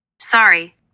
Sorry